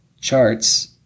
charts